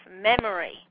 memory